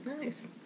nice